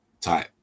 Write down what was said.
type